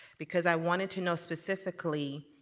because i wanted to know specifically